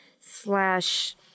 slash